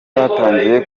batangiye